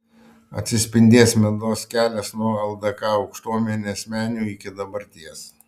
atsispindės mados kelias nuo ldk aukštuomenės menių iki dabarties